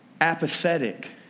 apathetic